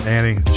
Annie